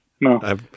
No